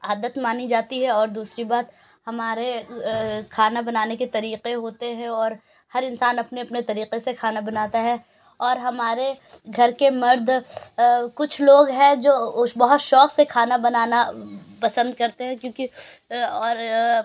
عادت مانی جاتی ہے اور دوسری بات ہمارے کھانا بنانے کے طریقے ہوتے ہیں اور ہر انسان اپنے اپنے طریقے سے کھانا بناتا ہے اور ہمارے گھر کے مرد کچھ لوگ ہیں جو بہت شوق سے کھانا بنانا پسند کرتے ہیں کیونکہ اور